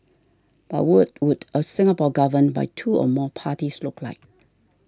but what would a Singapore governed by two or more parties look like